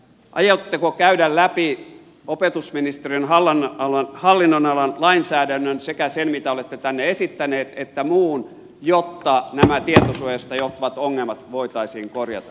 aiotteko käydä läpi opetusministeriön hallinnonalan lainsäädännön sekä sen mitä olette tänne esittäneet että muun jotta nämä tietosuojasta johtuvat ongelmat voitaisiin korjata